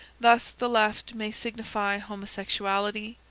thus the left may signify homosexuality,